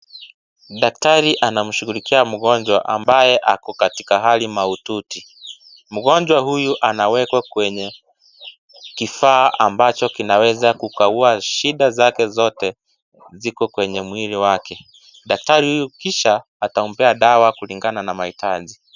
Daktari anamshughulikia mgonjwa ambaye ako katika hali mahututi. Mgonjwa huyu anawekwa kwenye kifaa ambacho kinaweza kukagua shida zake zote ziko kwenye mwili wake. Daktari kisha atampea dawa kulingana mahitaji.